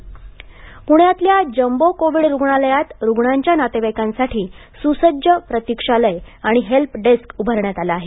jumbo प्ण्यातल्या jumbo Covid रुग्णालयात रुग्णांच्या नातेवाईकांसाठी सुसज्ज प्रतीक्षालय आणि हेल्प डेस्क उभारण्यात आलं आहे